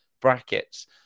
brackets